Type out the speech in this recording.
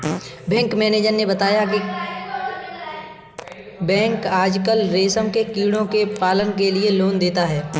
bank manager ने बताया की बैंक आजकल रेशम के कीड़ों के पालन के लिए लोन देता है